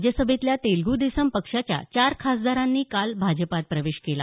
राज्यसभेतल्या तेलगु देशम पक्षाच्या चार खासदारांनी काल भाजपात प्रवेश केला